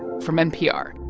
from npr